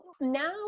now